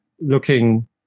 looking